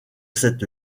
cette